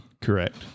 Correct